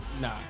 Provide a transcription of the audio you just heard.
nah